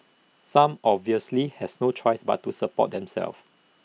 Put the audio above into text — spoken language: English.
some obviously has no choice but to support themselves